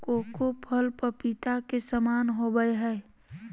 cocoa फल पपीता के समान होबय हइ